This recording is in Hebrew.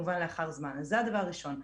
זה הדבר הראשון.